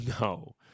No